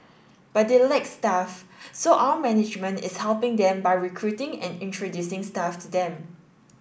but they lack staff so our management is helping them by recruiting and introducing staff to them